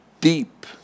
deep